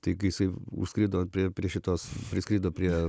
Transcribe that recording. tai kai jisai skrido prie šitos priskrido prie